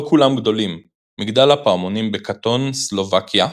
לא כולם גדולים, מגדל הפעמונים בקאטון, סלובקיה,